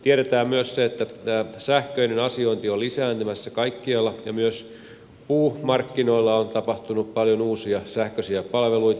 tiedetään myös se että tämä sähköinen asiointi on lisääntymässä kaikkialla ja myös puumarkkinoille on tullut paljon uusia sähköisiä palveluita